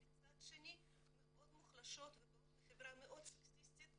ומצד שני מאוד מוחלשות ובאות מחברה מאוד סקסיסטית